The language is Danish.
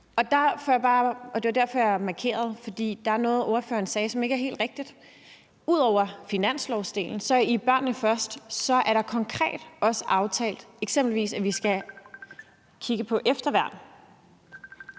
Jeg markerede, fordi der var noget, ordføreren sagde, som ikke er helt rigtigt. Ud over finanslovsaftalen er der i »Børnene Først« konkret også aftalt, eksempelvis at vi skal kigge på efterværn,